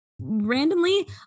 randomly